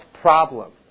problem